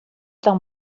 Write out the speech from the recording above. dans